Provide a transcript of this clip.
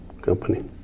company